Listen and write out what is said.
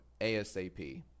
ASAP